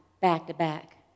back-to-back